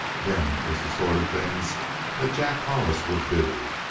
them was the sort of things that jack hollis would do.